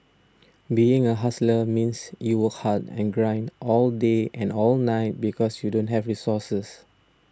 being a hustler means you work hard and grind all day and all night because you don't have resources